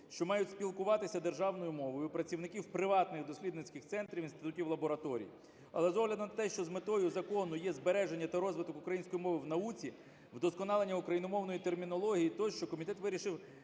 що мають спілкуватися державною мовою, представників приватних дослідницьких центрів, інститутів, лабораторій. Але з огляду на те, що метою закону є збереження та розвиток української мови в науці, вдосконалення україномовної термінології тощо, комітет вирішив